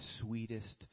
sweetest